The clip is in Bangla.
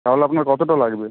তাহলে আপনার কতটা লাগবে